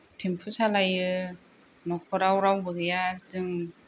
तेम्फु सालायो न'खराव रावबो गैया जों